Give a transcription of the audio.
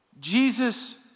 Jesus